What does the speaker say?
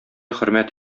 хөрмәт